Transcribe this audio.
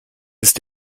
ist